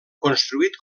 construït